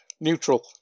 Neutral